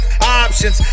options